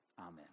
Amen